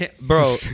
bro